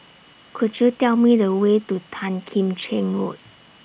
Could YOU Tell Me The Way to Tan Kim Cheng Road